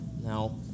Now